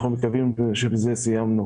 אנחנו מקווים שבזה סיימנו.